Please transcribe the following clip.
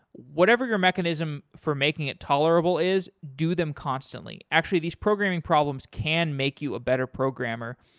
whatever your mechanism for making it tolerable is, do them constantly. actually, these programming problems can make you a better programmer,